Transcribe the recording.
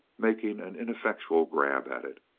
making an ineffectual grab at it.